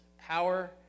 power